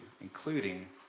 including